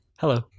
Hello